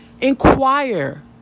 Inquire